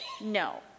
No